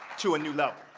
to a new level.